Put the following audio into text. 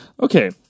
Okay